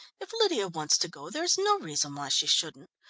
if lydia wants to go, there is no reason why she shouldn't.